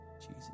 Jesus